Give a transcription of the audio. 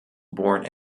born